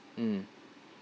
mm